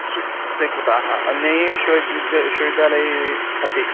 स्वि स्वीकृताः अन्याः विश्वविद्या विश्वविद्यालयाः अपि